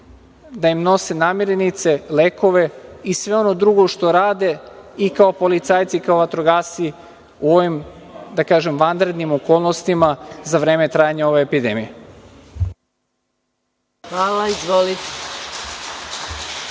da im nose namernice, lekove i sve ono drugo što rade i kao policajci i kao vatrogasci u ovim, da kažem, vanrednim okolnostima za vreme trajanja ove epidemije. **Maja Gojković**